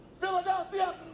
Philadelphia